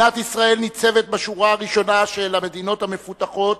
מדינת ישראל ניצבת בשורה הראשונה של המדינות המפותחות